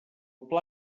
pla